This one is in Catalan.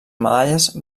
medalles